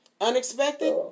Unexpected